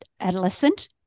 adolescent